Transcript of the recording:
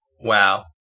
Wow